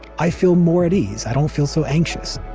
i feel more at ease. i don't feel so anxious